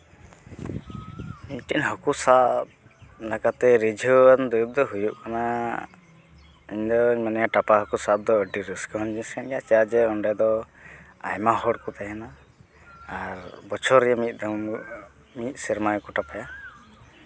ᱢᱤᱫᱴᱮᱱ ᱦᱟᱹᱠᱩ ᱥᱟᱵ ᱞᱮᱠᱟᱛᱮ ᱨᱤᱡᱷᱟᱹᱣᱟᱱ ᱫᱩᱨᱤᱵ ᱫᱚ ᱦᱩᱭᱩᱜ ᱠᱟᱱᱟ ᱤᱧ ᱫᱚᱧ ᱢᱚᱱᱮᱭᱟ ᱴᱟᱯᱟ ᱦᱟᱹᱠᱩ ᱥᱟᱵ ᱫᱚ ᱟᱹᱰᱤ ᱨᱟᱹᱥᱠᱟᱹᱣᱟᱱ ᱡᱤᱱᱤᱥ ᱠᱟᱱ ᱜᱮᱭᱟ ᱪᱮᱫᱟᱜ ᱥᱮ ᱚᱸᱰᱮ ᱫᱚ ᱟᱭᱢᱟ ᱦᱚᱲ ᱠᱚ ᱛᱟᱦᱮᱱᱟ ᱟᱨ ᱵᱚᱪᱷᱚᱨ ᱨᱮ ᱢᱤᱫ ᱫᱚᱢ ᱢᱤᱫ ᱥᱮᱨᱢᱟ ᱜᱮᱠᱚ ᱴᱟᱯᱟᱭᱟ